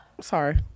sorry